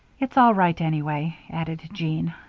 it's all right, anyway, added jean.